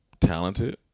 talented